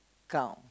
count